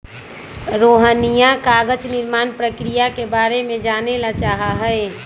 रोहिणीया कागज निर्माण प्रक्रिया के बारे में जाने ला चाहा हई